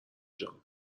جان